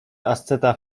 asceta